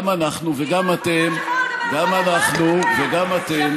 גם אנחנו וגם אתם,